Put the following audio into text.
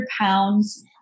pounds